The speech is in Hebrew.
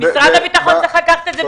משרד הביטחון צריך לקחת את זה בחשבון.